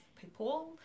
people